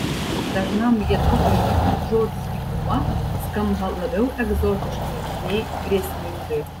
dažnam lietuviui žodis dykuma skamba labiau egzotiškai nei grėsmingai